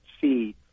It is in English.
see